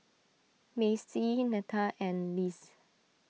Macie Netta and Lise